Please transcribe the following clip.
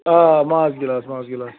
آ ماز گِلاس ماز گِلاس